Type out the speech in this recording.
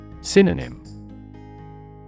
Synonym